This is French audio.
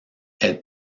elle